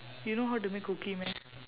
you know how to make cookie meh